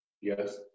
Yes